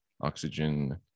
oxygen